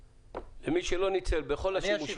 למי שלא ניצל בכל השימושים.